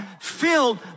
Filled